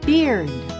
Beard